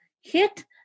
hit